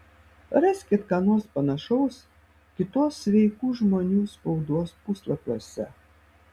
raskit ką nors panašaus kitos sveikų žmonių spaudos puslapiuose